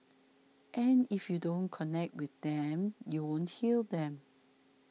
and if you don't connect with them you won't heal them